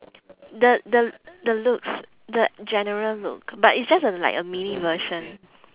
the the the looks the general look but it's just a like a mini version